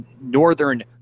northern